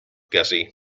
gussie